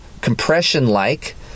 compression-like